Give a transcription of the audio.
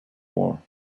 war